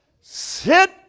Sit